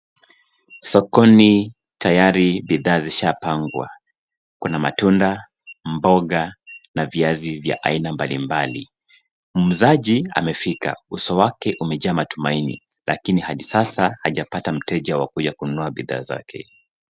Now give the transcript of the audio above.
Sokoni tayari bidhaa zishapangwa. Kuna matunda, mboga, na viazi vya aina mbalimbali. Mwuzaji amefika. Uso wake umejaa matumaini lakini hadi sasa hajapata mteja wa kuja kununua bidhaa zake.